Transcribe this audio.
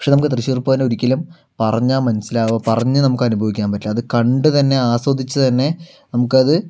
പക്ഷെ നമുക്ക് തൃശ്ശൂര് പൂരത്തിനെ ഒരിക്കലും പറഞ്ഞാൽ മനസ്സിലാവുക പറഞ്ഞ് നമുക്ക് അനുഭവിക്കാന് പറ്റില്ല അത് കണ്ടു തന്നെ ആസ്വദിച്ചു തന്നെ നമുക്കത്